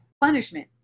punishment